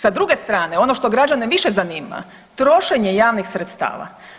Sa druge strane, ono što građane više zanima, trošenje javnih sredstava.